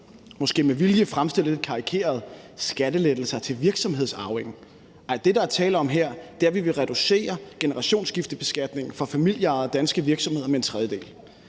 måske med vilje fremstillede lidt karikeret: skattelettelser til virksomhedsarvinger. Ej, det, der er tale om her, er, at vi vil reducere generationsskiftebeskatningen for familieejede danske virksomheder med en tredjedel.